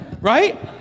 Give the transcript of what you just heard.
Right